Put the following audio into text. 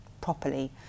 properly